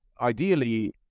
ideally